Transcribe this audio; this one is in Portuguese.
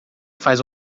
faz